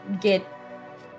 get